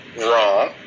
wrong